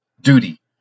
duty